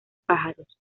pájaros